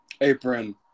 apron